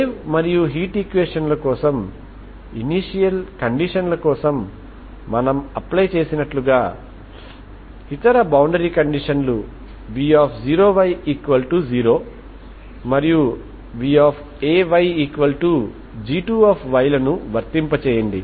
wave మరియు heat ఈక్వేషన్ల కోసం ఇనీషియల్ కండిషన్ కోసం మనము అప్లై చేసినట్లుగా ఇతర బౌండరీ కండిషన్లు v0y0 మరియు vayg2 లను వర్తింపజేయండి